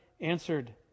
answered